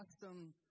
custom